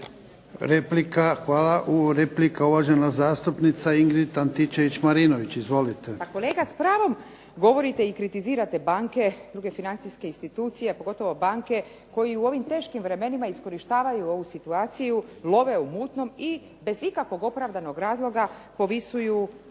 Hvala. Replika uvažena zastupnica Ingrid Antičević-Marinović. Izvolite. **Antičević Marinović, Ingrid (SDP)** Pa kolega s pravom govorite i kritizirate banke i druge financijske institucije, pogotovo banke koje u ovim teškim vremenima iskorištavaju ovu situaciju, love u mutnom i bez ikakvog opravdanog razloga povisuju kamate.